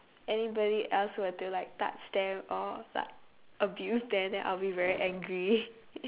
anybody else were to like touch them or like abuse them then I'll be very angry